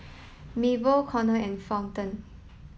Mabel Connor and Fulton